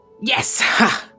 Yes